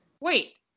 Wait